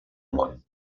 món